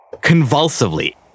Convulsively